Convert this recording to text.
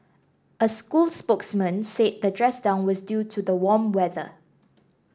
a school spokesman said the dress down was due to the warm weather